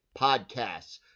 podcasts